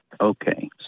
Okay